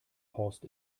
horst